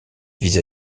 vis